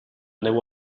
neu